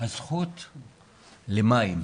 הזכות למים.